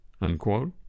unquote